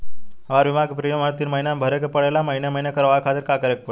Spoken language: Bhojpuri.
हमार बीमा के प्रीमियम हर तीन महिना में भरे के पड़ेला महीने महीने करवाए खातिर का करे के पड़ी?